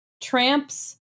tramps